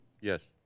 Yes